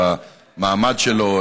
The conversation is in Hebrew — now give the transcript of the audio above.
במעמד שלו.